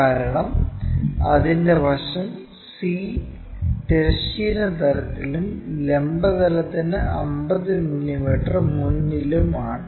കാരണം അതിന്റെ വശം c തിരശ്ചീന തലത്തിലും ലംബ തലത്തിന് 50 മില്ലീമീറ്റർ മുന്നിലും ആണ്